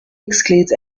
excludes